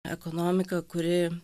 ekonomika kuri